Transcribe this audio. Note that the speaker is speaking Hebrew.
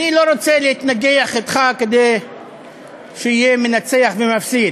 אני לא רוצה להתנגח אתך כדי שיהיה מנצח או מפסיד.